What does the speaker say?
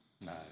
No